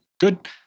good